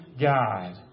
God